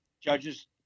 Judges